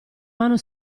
mano